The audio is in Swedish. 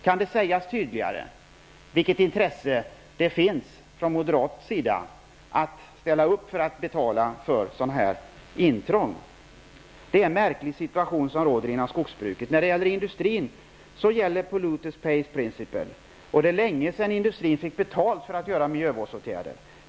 Kan det sägas tydligare vilket intresse som finns från moderat sida att ställa upp för att betala för sådana här intrång? Det är en märklig situation som råder inom skogsbruket. För industrin gäller polluter-paysprinciple, och det är länge sedan industrin fick betalt för att vidta miljövårdsåtgärder.